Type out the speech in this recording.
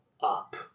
Up